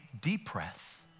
depress